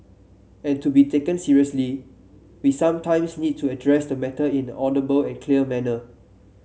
and to be taken seriously we sometimes need to address the matter in an audible and clear manner